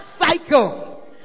cycle